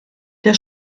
der